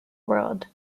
world